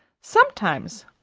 sometimes,